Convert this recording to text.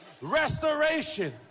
restoration